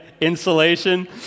Insulation